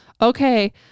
okay